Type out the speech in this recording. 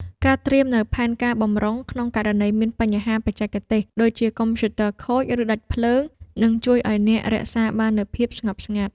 ការត្រៀមនូវផែនការបម្រុង ក្នុងករណីមានបញ្ហាបច្ចេកទេស ដូចជាកុំព្យូទ័រខូច ឬដាច់ភ្លើង នឹងជួយឱ្យអ្នករក្សាបាននូវភាពស្ងប់ស្ងាត់។